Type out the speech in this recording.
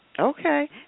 Okay